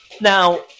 now